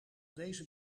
deze